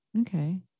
Okay